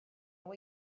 nhw